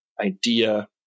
idea